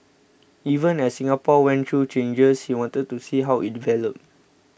even as Singapore went through changes he wanted to see how it developed